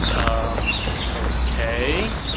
um ok,